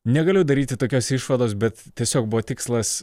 negaliu daryti tokios išvados bet tiesiog buvo tikslas